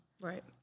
Right